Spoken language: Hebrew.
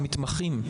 המתמחים,